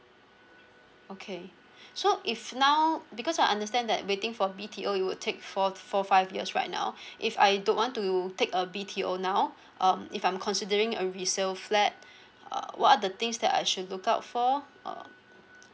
okay so if now because I understand that waiting for B_T_O it would take for for five years right now if I don't want to take a B_T_O now um if I'm considering a resale flat err what are the things that I should look out for uh